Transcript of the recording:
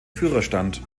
führerstand